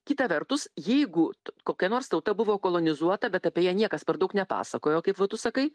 kita vertus jeigu kokia nors tauta buvo kolonizuota bet apie ją niekas per daug nepasakojo kaip va tu sakai